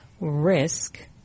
risk